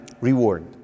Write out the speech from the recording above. reward